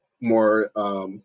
more